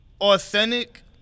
authentic